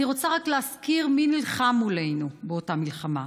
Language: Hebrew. אני רוצה רק להזכיר מי נלחם מולנו באותה מלחמה: